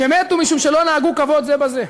שמתו משום שלא נהגו כבוד זה בזה.